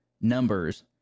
Numbers